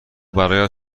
برایت